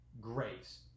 grace